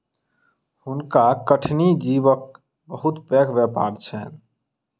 हुनका कठिनी जीवक बहुत पैघ व्यापार छैन